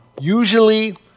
Usually